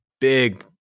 big